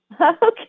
Okay